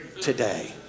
today